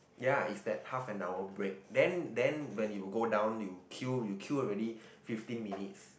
ya is that half an hour break then then when you go down you queue you queue already fifteen minutes